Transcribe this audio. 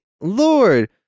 lord